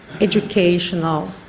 educational